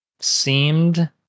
seemed